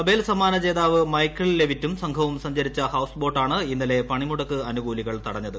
Nobel സമ്മാന ജേതാവ് Michael ലെവിറ്റും സ്ഫ്രവും സഞ്ചരിച്ച ഹൌസ് ബോട്ടാണ് ഇന്നലെ പണിമുടക്ക് അനുകൂലികൾ തടഞ്ഞത്